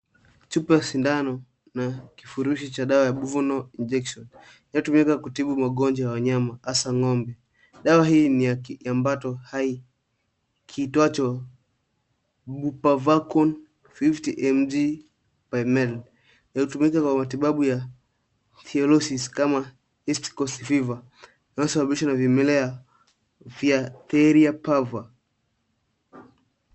Chupa ya sindano, na kifurushi cha dawa ya Buvanol injection inayotumika kutibu magonjwa ya wanyama, hasa ng'ombe. Dawa hii ni ya kiambato hai kiitwacho Buparvaquone fifty mg Bimeda , inayotumika kwa matibabu ya theileriosis kama East coast fever inayosababishwa na vimelea vya Theileria parva .